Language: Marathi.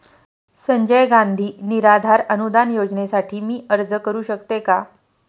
संजय गांधी निराधार अनुदान योजनेसाठी मी अर्ज करू शकते का?